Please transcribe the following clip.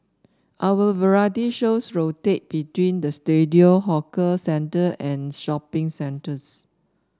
our variety shows rotate between the studio hawker centre and shopping centres